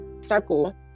circle